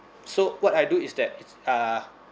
so what I do is that uh